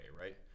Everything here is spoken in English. right